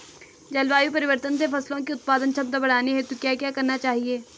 जलवायु परिवर्तन से फसलों की उत्पादन क्षमता बढ़ाने हेतु क्या क्या करना चाहिए?